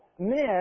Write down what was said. men